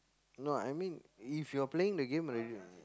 no I mean if you're playing the game already